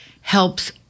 helps